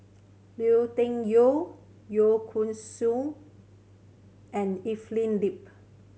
Lui Tuck Yew Kway Song and Evelyn Lip